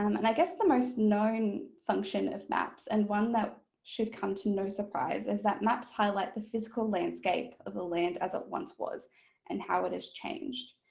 um and i guess the most known function of maps, and one that should come to no surprise, is that maps highlight the physical landscape of the land as it once was and how it has changed.